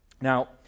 Now